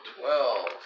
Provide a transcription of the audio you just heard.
Twelve